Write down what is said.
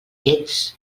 ets